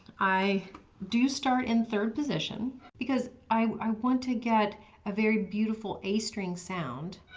i do start in third position because i want to get a very beautiful a string sound.